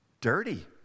Dirty